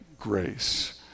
grace